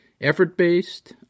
Effort-based